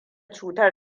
cutar